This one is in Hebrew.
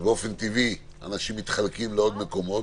באופן טבעי אנשים היו מתחלקים בין המקומות.